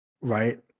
right